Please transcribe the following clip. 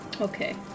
Okay